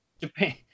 Japan